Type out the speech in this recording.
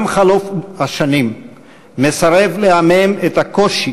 גם חלוף השנים מסרב לעמעם את הקושי